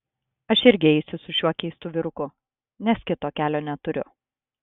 aš irgi eisiu su šiuo keistu vyruku nes kito kelio neturiu